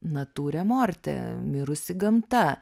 nature morte mirusi gamta